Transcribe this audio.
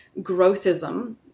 growthism